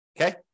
Okay